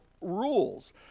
rules